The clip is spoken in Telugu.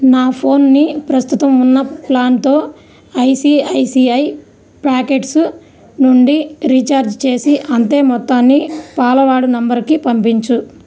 నా ఫోనుని ప్రస్తుతం ఉన్న ప్లాన్తో ఐసిఐసిఐ ప్యాకెట్స్ నుండి రీఛార్జి చేసి అంతే మొత్తాన్ని పాలవాడు నంబరుకి పంపించు